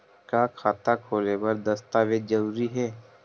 का खाता खोले बर दस्तावेज जरूरी हे?